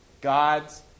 God's